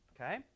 Okay